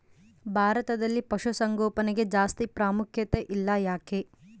ಭಾರತದಲ್ಲಿ ಪಶುಸಾಂಗೋಪನೆಗೆ ಜಾಸ್ತಿ ಪ್ರಾಮುಖ್ಯತೆ ಇಲ್ಲ ಯಾಕೆ?